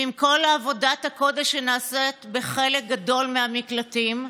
ועם כל עבודת הקודש שנעשית בחלק גדול מהמקלטים,